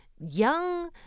young